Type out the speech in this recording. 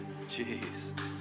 Jeez